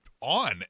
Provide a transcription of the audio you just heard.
on